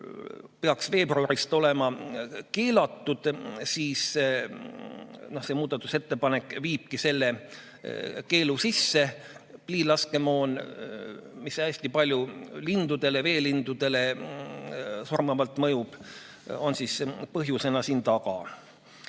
peaks veebruarist olema keelatud, siis see muudatusettepanek viibki selle keelu sisse. Pliilaskemoon, mis veelindudele hästi surmavalt mõjub, on põhjusena siin taga.